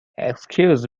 excuse